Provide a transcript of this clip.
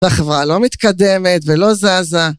החברה לא מתקדמת ולא זזה